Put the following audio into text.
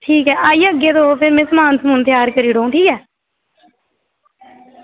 ठीक ऐ आई जाह्गे तुस भी में थोह्ड़ा समान ठीक करी लैगी